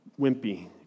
wimpy